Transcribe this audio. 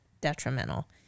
detrimental